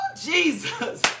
Jesus